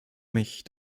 mich